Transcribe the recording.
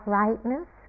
rightness